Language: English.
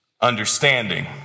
understanding